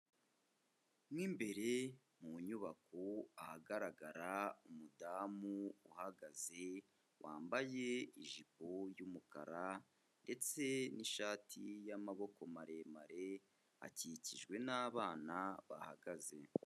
Mo imbere mu nyubako ahagaragarara umudamu uhagaze wambaye ijipo y'umukara ndetse n'ishati y'amaboko maremare akikijwe n'abana bahagaze.